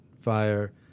fire